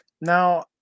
Now